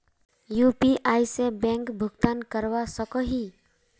UPI से bank भुगतान करवा सकोहो ही?